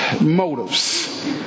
motives